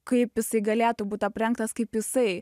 kaip jisai galėtų būt aprengtas kaip jisai